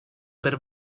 per